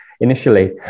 initially